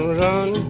run